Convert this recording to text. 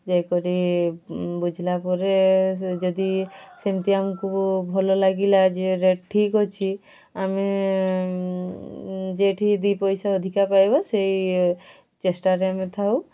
ଯାଇକରି ବୁଝିଲା ପରେ ସେ ଯଦି ସେମିତି ଆମକୁ ଭଲ ଲାଗିଲା ଯେ ରେଟ୍ ଠିକ୍ ଅଛି ଆମେ ଯେଉଁଠି ଦୁଇ ପଇସା ଅଧିକ ପାଇବା ସେଇ ଚେଷ୍ଟାରେ ଆମେ ଥାଉ